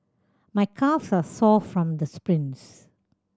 my calves are sore from the sprints